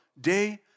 day